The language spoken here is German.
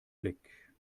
blick